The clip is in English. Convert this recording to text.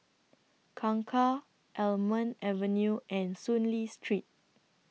Kangkar Almond Avenue and Soon Lee Street